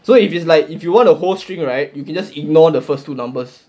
so if it's like if you want a whole string right you can just ignore the first two numbers